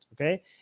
okay